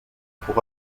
pour